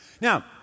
Now